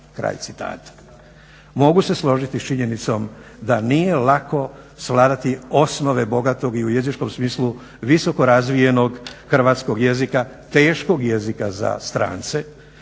integracije.". Mogu se složiti s činjenicom da nije lako svladati osnove bogatog i u jezičnom smislu visoko razvijenog hrvatskog jezika, teškog jezika za strance,